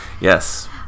yes